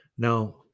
Now